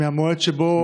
כמעט מהמועד שבו,